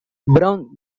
brown